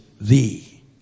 thee